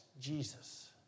Jesus